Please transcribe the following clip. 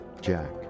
jack